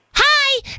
Hi